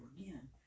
again